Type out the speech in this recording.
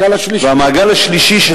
המעגל השלישי,